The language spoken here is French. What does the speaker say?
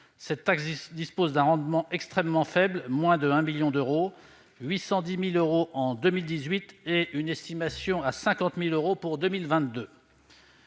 Cette taxe est d'un rendement extrêmement faible de moins de 1 million d'euros : 810 000 euros en 2018 et une estimation de 50 000 euros pour 2022.